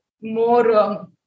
more